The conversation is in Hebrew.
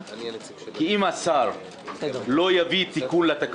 כי אתה לא יכול להתחיל לתת להם את